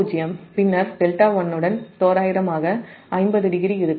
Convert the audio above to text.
பின்னர் δ1 உடன் தோராயமாக 500 இருக்கும்